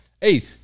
Hey